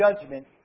judgment